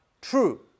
true